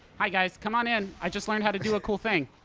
hi, guys. come on in! i just learned how to do a cool thing.